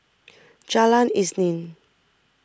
Jalan Isnin